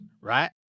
right